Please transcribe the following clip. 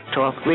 Talk